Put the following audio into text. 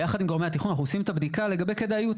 ביחד עם גורמי התכנון אנחנו עושים את הבדיקה לגבי כדאיות.